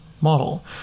model